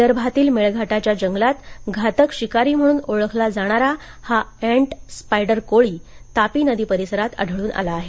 विदर्भातील मेळघाटच्या जंगलात घातक शिकारी म्हणून ओळखला जाणारा हा एन्ट स्पायडर कोळी तापी नदी परिसरात आढळून आला आहे